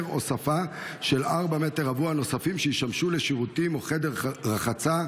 הוספה של 4 מ"ר נוספים שישמשו לשירותים או חדר רחצה,